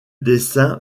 dessin